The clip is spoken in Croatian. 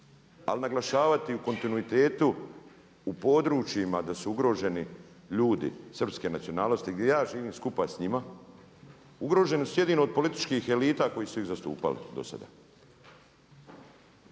ali naglašavati u kontinuitetu u područjima da su ugroženi ljudi srpske nacionalnosti gdje ja živim skupa s njima, ugroženi su jedino od političkih elita koji su ih zastupali do sada.